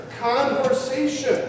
conversation